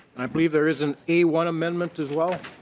and i believe there's an a one amendment as well.